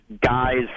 guys